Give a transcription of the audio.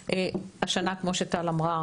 השנה כמו שטל אמרה,